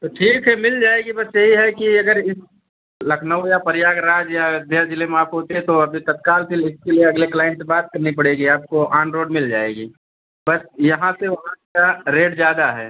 तो ठीक है मिल जाएगी बस यही है कि अगर इस लखनऊ या प्रयागराज या अयोध्या जिले में आप होते तो अभी तत्काल के लिए इसके लिए अगले क्लाइंट से बात करनी पड़ेगी आपको आन रोड मिल जाएगी बस यहाँ से वहाँ का रेट ज्यादा है